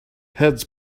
heads